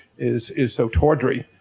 is, is so tawdry,